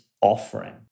offering